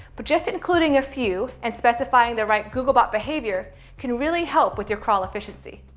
but just including a few, and specifying the right googlebot behavior can really help with your crawl efficiency.